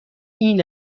این